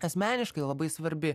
asmeniškai labai svarbi